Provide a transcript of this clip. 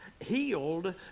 healed